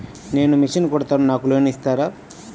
నేను మిషన్ కుడతాను నాకు లోన్ ఇస్తారా?